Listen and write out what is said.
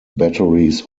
batteries